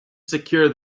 secure